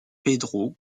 pedro